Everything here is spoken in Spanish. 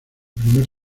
primer